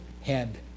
head